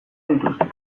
dituzte